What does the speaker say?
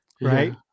Right